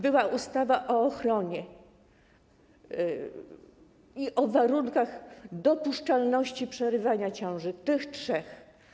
Była ustawa o ochronie i warunkach dopuszczalności przerywania ciąży, tych trzech.